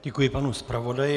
Děkuji panu zpravodaji.